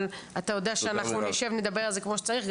אבל אתה יודע שאנחנו נשב ונדבר על זה כמו שצריך.